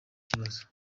kibazo